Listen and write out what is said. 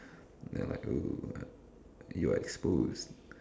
ya like !woo! you are exposed